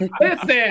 Listen